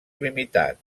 limitat